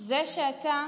זה שאתה